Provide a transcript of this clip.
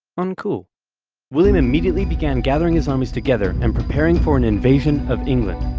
uncool william immediately began gathering his armies together, and preparing for an invasion of england.